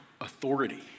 authority